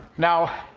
now,